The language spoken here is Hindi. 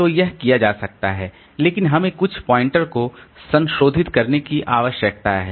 तो यह किया जा सकता है लेकिन हमें कुछ पॉइंटर को संशोधित करने की आवश्यकता है